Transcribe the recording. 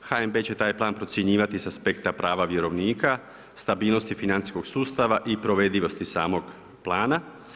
HNB-e će taj plan procjenjivati sa aspekta prava vjerovnika, stabilnosti financijskog sustava i provedivosti samog plana.